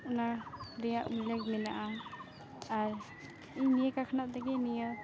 ᱚᱱᱟ ᱵᱮᱞᱮᱠ ᱢᱮᱱᱟᱜᱼᱟ ᱟᱨ ᱤᱧ ᱱᱤᱭᱟᱹ ᱠᱟᱜ ᱠᱷᱚᱱᱟᱜ ᱛᱮᱜᱮ ᱱᱤᱭᱟᱹ